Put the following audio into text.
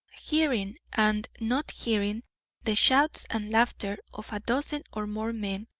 hearing and not hearing the shouts and laughter of a dozen or more men,